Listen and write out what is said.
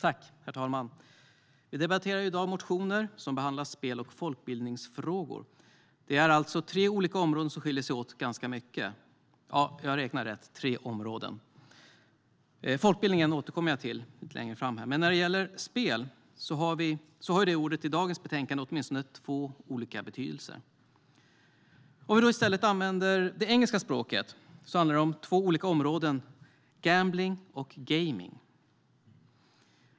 Herr talman! Vi debatterar i dag motioner som behandlar spel och folkbildningsfrågor. Det är alltså tre olika områden som skiljer sig åt ganska mycket. Ja, jag räknar rätt. Det är tre områden. Jag kommer att återkomma till folkbildningen. När det gäller spel har det ordet åtminstone två olika betydelser i det här betänkandet. Om vi i stället använder det engelska språket handlar det om två olika områden: gambling och gaming.